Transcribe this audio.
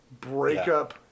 breakup